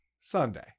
Sunday